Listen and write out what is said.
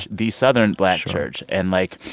the southern black church. and, like,